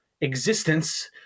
existence